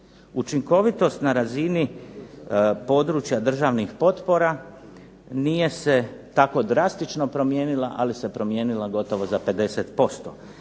Učinkovitost na razini područja državnih potpora nije se tako drastično promijenila, ali se promijenila gotovo za 50%,